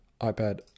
iPad